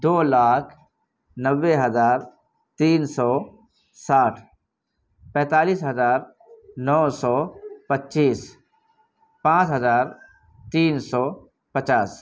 دو لاکھ نوے ہزار تین سو ساٹھ پینتالیس ہزار نو سو پچیس پانچ ہزار تین سو پچاس